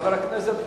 חבר הכנסת ברכה,